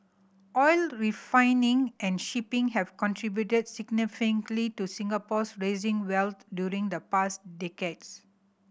oil refining and shipping have contributed significantly to Singapore's rising wealth during the past decades